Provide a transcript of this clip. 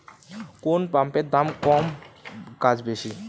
কোন পাম্পের দাম কম কাজ বেশি?